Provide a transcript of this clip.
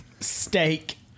steak